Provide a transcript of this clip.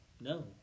No